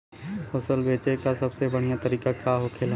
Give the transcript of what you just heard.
फसल बेचे का सबसे बढ़ियां तरीका का होखेला?